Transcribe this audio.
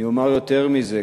יותר מזה,